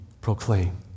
proclaim